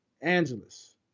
Angeles